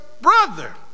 brother